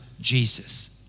Jesus